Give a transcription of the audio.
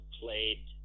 played